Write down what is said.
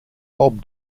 bob